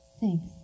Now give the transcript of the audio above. Thanks